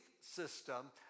system